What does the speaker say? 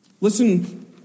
Listen